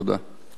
תודה.